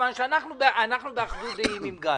מכיוון שאנחנו באחדות דעים עם גיא.